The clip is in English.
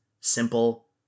simple